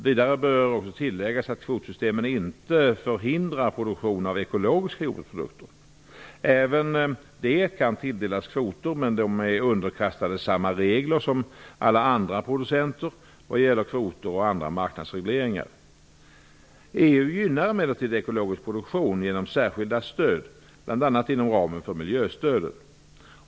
Vidare bör också tilläggas att kvotsystemen inte förhindrar produktion av ekologiska jordbruksprodukter. Även de kan tilldelas kvoter, men de är underkastade samma regler som alla andra producenter vad gäller kvoter och andra marknadsregleringar. EU gynnar emellertid ekologisk produktion genom särskilda stöd, bl.a. inom ramen för miljöstöden.